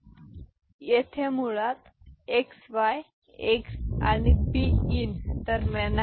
तर पुन्हा येथे येथे मुळात हे xy x आणि बी इन दरम्यान आहे